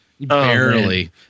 Barely